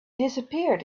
disappeared